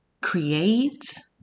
create